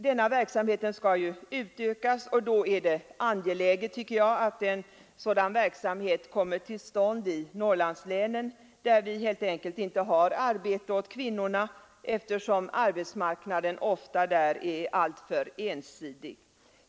Denna verksamhet skall utökas, och då är det angeläget, tycker jag, att en sådan verksamhet kommer till stånd i Norrlandslänen, där vi helt enkelt inte har arbete åt kvinnorna, eftersom arbetsmarknaden ofta är alltför ensidig.